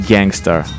Gangster